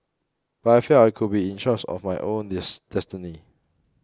but I felt I could be in charge of my own dis destiny